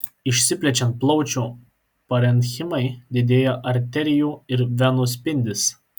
išsiplečiant plaučių parenchimai didėja arterijų ir venų spindis